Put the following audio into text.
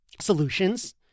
solutions